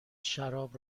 شراب